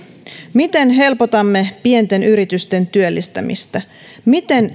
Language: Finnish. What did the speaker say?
miten helpotamme pienten yritysten työllistämistä miten